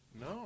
No